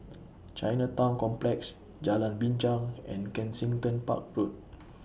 Chinatown Complex Jalan Binchang and Kensington Park Road